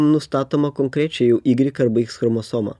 nustatoma konkrečiai jau igrik arba iks chromosoma